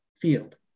field